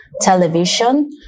television